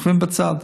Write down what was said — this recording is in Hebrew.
שוכבים בצד,